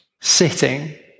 sitting